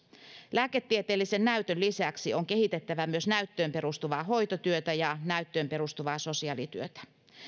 lääketieteellisen näytön lisäksi on kehitettävä myös näyttöön perustuvaa hoitotyötä ja näyttöön perustuvaa sosiaalityötä